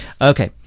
Okay